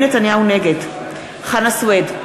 נגד חנא סוייד,